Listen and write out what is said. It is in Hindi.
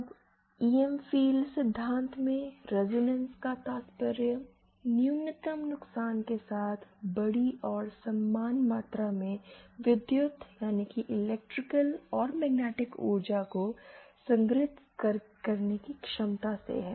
अब ईएम फ़ील्ड सिद्धांत में रेजोनेंस का तात्पर्य न्यूनतम नुकसान के साथ बड़ी और समान मात्रा में इलेक्ट्रिकल और मैग्नेटिक ऊर्जा को संग्रहीत करने की क्षमता से है